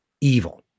evil